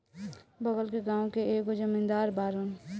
बगल के गाँव के एगो जमींदार बाड़न